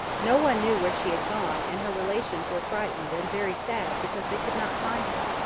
no one knew where she had gone, and her relations were frightened and very sad because they could not find her.